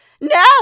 no